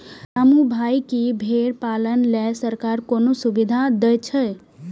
रामू भाइ, की भेड़ पालन लेल सरकार कोनो सुविधा दै छै?